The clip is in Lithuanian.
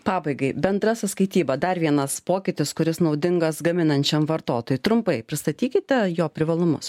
pabaigai bendra sąskaityba dar vienas pokytis kuris naudingas gaminančiam vartotojui trumpai pristatykite jo privalumus